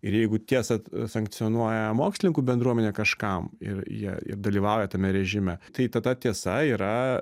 ir jeigu tiesą sankcionuoja mokslininkų bendruomenė kažkam ir jie ir dalyvauja tame režime tai tada tiesa yra